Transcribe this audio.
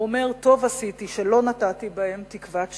הוא אומר: טוב עשיתי שלא נטעתי בהם תקוות שווא.